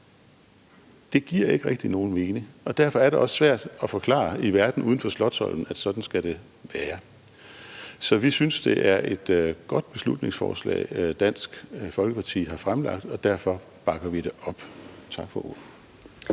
Det giver ikke rigtig nogen mening. Derfor er det også svært at forklare i verden uden for Slotsholmen, at sådan skal det være. Så vi synes, det er et godt beslutningsforslag, Dansk Folkeparti har fremsat, og derfor bakker vi det op. Tak for ordet.